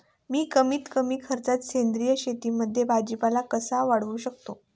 मी कमीत कमी खर्चात सेंद्रिय शेतीमध्ये भाजीपाला कसा वाढवू शकतो?